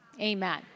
amen